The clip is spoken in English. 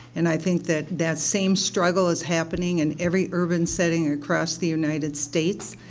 and i think that that same struggle is happening in every urban setting across the united states.